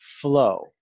flow